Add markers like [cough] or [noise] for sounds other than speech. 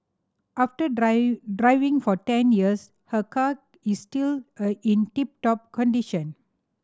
after [unintelligible] driving for ten years her car is still a in tip top condition